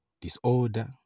disorder